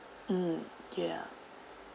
mm ya